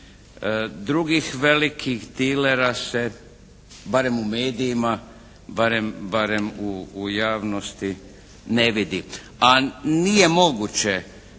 Drugih velikih dilera se barem u medijima, barem u javnosti ne vidi. A nije moguće